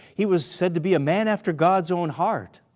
he was said to be a man after god's own heart.